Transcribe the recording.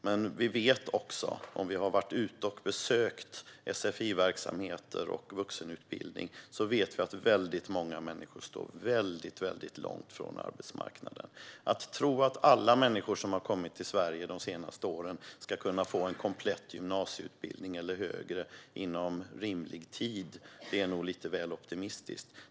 Men vi som har besökt sfi-verksamhet och vuxenutbildning vet att många människor står väldigt långt från arbetsmarknaden. Att tro att alla människor som har kommit till Sverige de senaste åren ska kunna få en komplett gymnasieutbildning eller högre inom rimlig tid är lite väl optimistiskt.